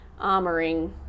armoring